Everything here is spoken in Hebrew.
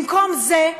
במקום זה,